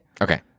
Okay